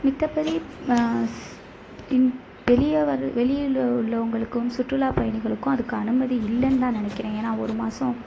மத்தப்படி வெளியே வர்ற வெளியில் உள்ளவர்களுக்கும் சுற்றுலா பயணிகளுக்கும் அதுக்கு அனுமதி இல்லைந்தான் நினைக்கிறேன் ஏன்னால் ஒரு மாதம்